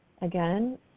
Again